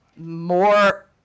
more